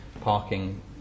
parking